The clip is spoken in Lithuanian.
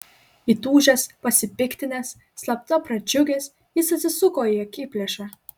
įtūžęs pasipiktinęs slapta pradžiugęs jis atsisuko į akiplėšą